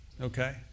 Okay